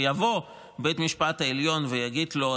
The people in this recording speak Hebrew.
ויבוא בית המשפט העליון ויגיד: לא,